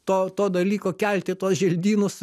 to to dalyko kelti tuos želdynus